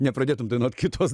nepradėtum dainuot kitos